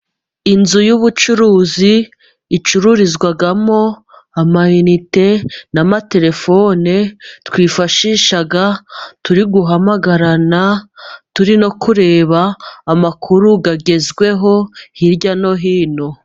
Inzu y'ubucuruzi icururizwamo amayinite n'amaterefone twifashisha turi guhamagarana, turi no kureba amakuru agezweho hirya no hino.